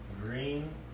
green